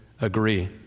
agree